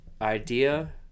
idea